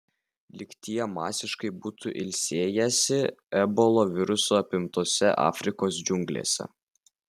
lyg tie masiškai būtų ilsėjęsi ebolos viruso apimtose afrikos džiunglėse